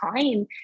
time